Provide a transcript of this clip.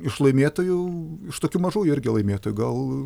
iš laimėtojų iš tokių mažųjų irgi laimėtojų gal